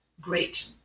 great